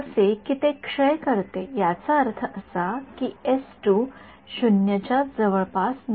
जसे की ते क्षय करते याचा अर्थ असा की 0 च्या जवळपास नसावे